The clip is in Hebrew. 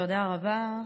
תודה רבה,